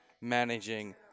managing